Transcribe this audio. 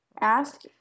Ask